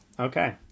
Okay